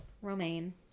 romaine